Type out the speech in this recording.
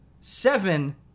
seven